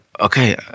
okay